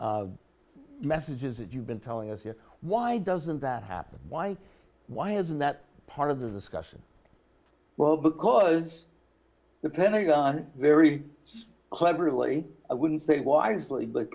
biblical messages that you've been telling us here why doesn't that happen why why isn't that part of the discussion well because the pentagon very cleverly i wouldn't say wisely but